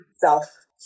self